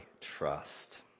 trust